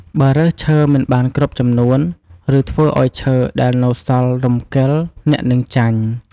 បើរើសឈើមិនបានគ្រប់ចំនួន ឬធ្វើឲ្យឈើដែលនៅសល់រំកិលអ្នកនឹងចាញ់។